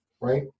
right